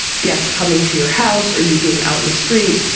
gas coming to your house or you being out in the street,